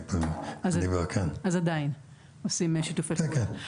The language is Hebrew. עדיין אנחנו עושים שיתופי הפעולה.